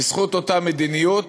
בזכות אותה מדיניות,